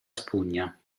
spugna